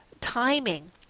timing